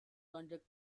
contract